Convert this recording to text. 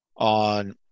on